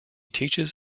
teaches